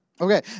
Okay